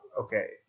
okay